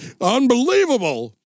Unbelievable